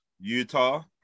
Utah